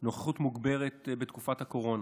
נוכחות מוגברת בתקופת הקורונה,